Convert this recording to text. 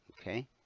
okay